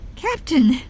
Captain